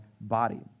body